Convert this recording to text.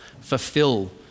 fulfill